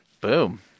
Boom